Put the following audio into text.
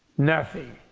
nothing?